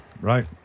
Right